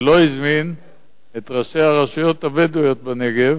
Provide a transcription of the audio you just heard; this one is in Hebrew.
ולא הזמין את ראשי הרשויות הבדואיות בנגב.